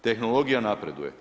Tehnologija napreduje.